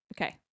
Okay